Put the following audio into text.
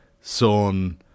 Son